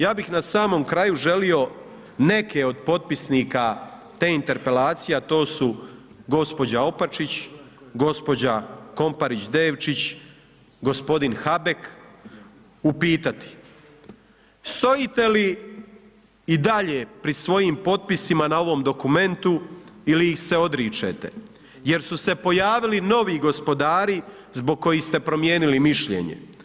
Ja bih na samom kraju želio neke od potpisnika, te interpelacije, a to su gospođa Opačić, gospođa Komparić Devčić, gospodin Habek, upitati, stojite li i dalje pri svojim potpisima na ovom dokumentu ili ih se odričete, jer su se pojavili novi gospodari zbog kojih ste promijenili mišljenje.